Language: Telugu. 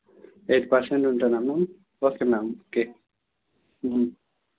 ఎయిట్ పర్సెంట్ ఉంటుందా మ్యామ్ ఓకే మ్యామ్ ఓకే